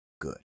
good